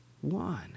one